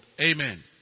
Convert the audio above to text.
Amen